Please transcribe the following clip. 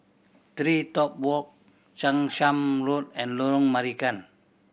TreeTop Walk Chang Charn Road and Lorong Marican